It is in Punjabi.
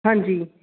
ਹਾਂਜੀ